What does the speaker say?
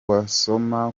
wasoma